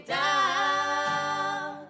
down